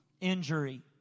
Injury